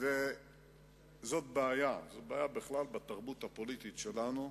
זאת בעיה בתרבות הפוליטית שלנו,